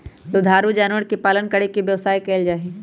दुधारू जानवर के पालन करके व्यवसाय कइल जाहई